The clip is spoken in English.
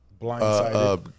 blindsided